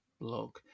blog